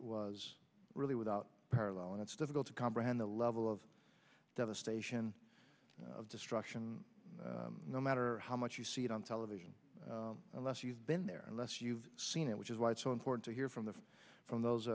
was really without parallel and it's difficult to comprehend the level of devastation and destruction no matter how much you see it on television unless you've been there unless you've seen it which is why it's so important to hear from the from those